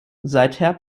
seither